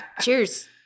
Cheers